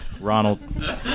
Ronald